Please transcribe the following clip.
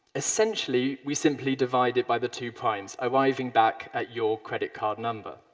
essentially, we simply divide it by the two primes, arriving back at your credit card number.